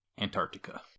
Antarctica